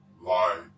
lie